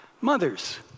Mothers